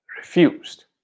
refused